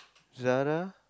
Zara